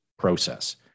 Process